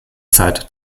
zeit